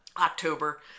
october